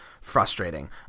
frustrating